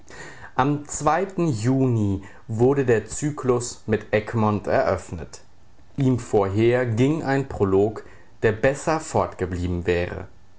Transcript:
am juni wurde der zyklus mit egmont eröffnet ihm vorher ging ein prolog der besser fortgeblieben wäre